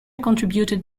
contributed